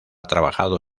trabajado